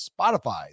Spotify